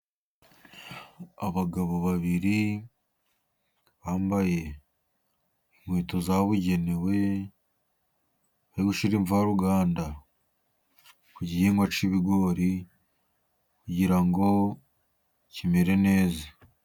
Abagabo babiri bambaye inkweto zabugenewe bari gushyira imvaruganda ku gihingwa cy'ibigori, kugira ngo kimere neza.